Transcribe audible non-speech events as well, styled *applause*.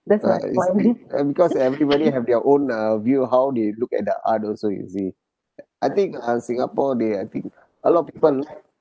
that's my point *laughs* and because everybody have their own uh view how they look at the art also you see I think uh singapore they I think a lot of people